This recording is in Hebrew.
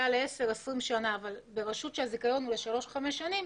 ל-20-10 שנים אבל ברשות שהזיכיון הוא לשלוש-חמש שנים,